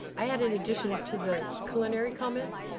i had an addition to the culinary comments.